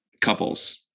couples